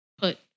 put